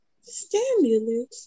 Stimulus